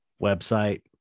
website